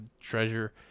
treasure